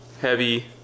heavy